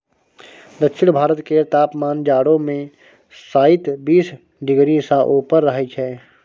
दक्षिण भारत केर तापमान जाढ़ो मे शाइत बीस डिग्री सँ ऊपर रहइ छै